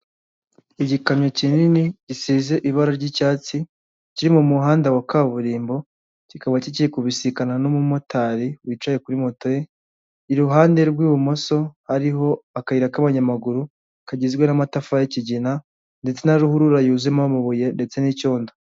Igikamyo kinini gisize ibara ry'icyatsi, kiri mu muhanda wa kaburimbo, kikaba kigiye kubisikana n'umumotari wicaye kuri moto ye, iruhande rw'ibumoso hariho akayira k'abanyamaguru, kagizwe n'amatafari y'ikigina ndetse na ruhurura yuzuyemo amabuye ndetse n'icyondo.